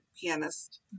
pianist